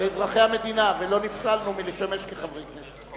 ואזרחי המדינה, ולא נפסלנו מלשמש כחברי כנסת.